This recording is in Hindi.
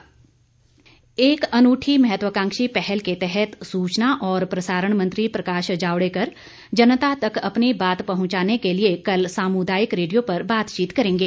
जावडेकर एक अनूठी महत्वाकांक्षी पहल के तहत सूचना और प्रसारण मंत्री प्रकाश जावडेकर जनता तक अपनी बात पहुंचाने के लिए कल सामुदायिक रेडियो पर बातचीत करेंगे